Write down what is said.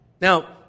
Now